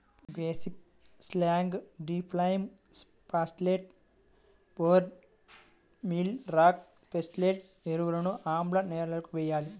basic slag, డిక్లైమ్ phosphate, bone meal rock phosphate ఎరువులను ఆమ్ల నేలలకు వేయాలి